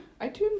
iTunes